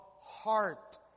heart